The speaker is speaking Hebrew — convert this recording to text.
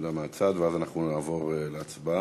למה עצרתם את הפיתוח של "לווייתן"?